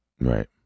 Right